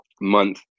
month